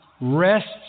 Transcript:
rests